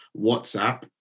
WhatsApp